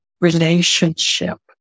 relationship